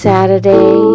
Saturday